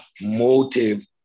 motive